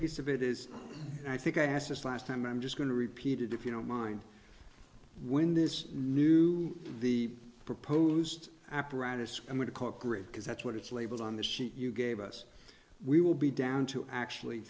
of it is i think i asked this last time i'm just going to repeat it if you don't mind when this new the proposed apparatus i'm going to call it great because that's what it's labeled on the sheet you gave us we will be down to actually